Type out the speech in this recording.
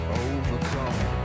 overcome